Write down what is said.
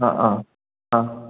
অঁ অঁ অঁ